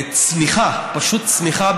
צניחה פשוט צניחה,